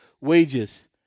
wages